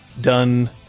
done